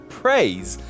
praise